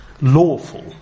lawful